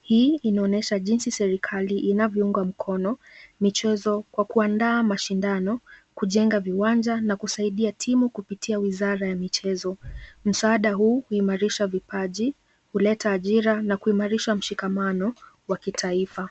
Hii inaonyesha jinsi serikali inavyounga mkono michezo kwa kuandaa mashindano, kujenga viwanja na kusaidia timu kupitia wizara ya michezo. Msaada huu huimarisha vipaji, huleta ajira na kuimarisha mshikamano wa kitaifa.